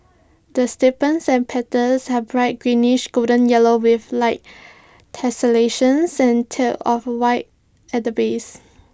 the sepals and petals are bright greenish golden yellow with light tessellations and tinge of white at the base